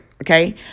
Okay